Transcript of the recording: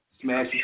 smash